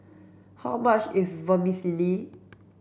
how much is Vermicelli